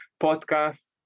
podcast